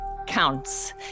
Counts